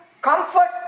comfort